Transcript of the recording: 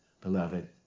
beloved